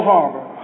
Harbor